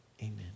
amen